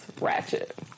Ratchet